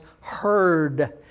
heard